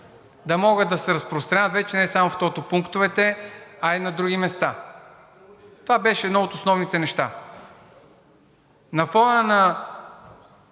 да могат да се разпространяват вече не само в тотопунктовете, а и на други места. Това беше едно от основните неща.